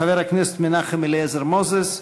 חבר הכנסת מנחם אליעזר מוזס,